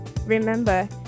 Remember